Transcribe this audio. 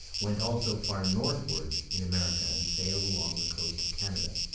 went also far northward in america and sailed along the coast of canada.